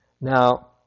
now